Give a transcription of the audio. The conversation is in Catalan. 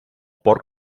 porc